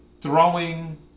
throwing